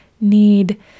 need